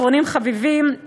אחרונים חביבים,